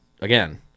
again